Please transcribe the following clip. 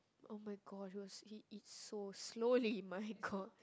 [oh]-my-god he was he eats so slowly my god